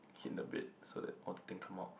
hit the bed so that all the thing come out